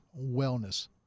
wellness